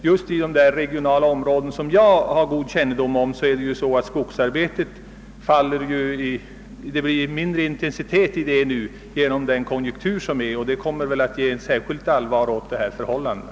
Just i de regioner som jag har god kännedom om blir emellertid skogsbrukets intensitet nu mindre på grund av den konjunktur som råder, och det kommer att göra sysselsättningsförhållandena särskilt allvarliga.